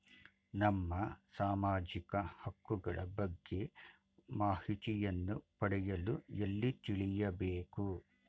ನಮ್ಮ ಸಾಮಾಜಿಕ ಹಕ್ಕುಗಳ ಬಗ್ಗೆ ಮಾಹಿತಿಯನ್ನು ಪಡೆಯಲು ಎಲ್ಲಿ ತಿಳಿಯಬೇಕು?